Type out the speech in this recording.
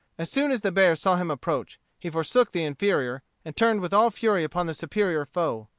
as soon as the bear saw him approach, he forsook the inferior, and turned with all fury upon the superior foe.